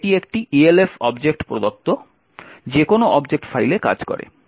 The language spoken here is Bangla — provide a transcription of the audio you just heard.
এবং এটি একটি ELF অবজেক্ট প্রদত্ত যেকোনও অবজেক্ট ফাইলে কাজ করে